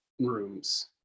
rooms